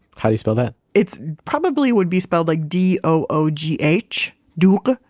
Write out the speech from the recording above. how do you spell that? it probably would be spelled like d o o g h, doogh.